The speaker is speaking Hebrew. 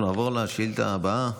אנחנו נעבור לשאילתה הבאה,